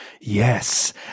Yes